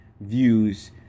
views